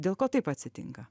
dėl ko taip atsitinka